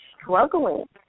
struggling